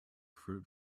fruit